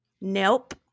Nope